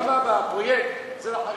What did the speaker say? כמה מהפרויקט זה לחרדים?